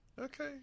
Okay